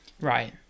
right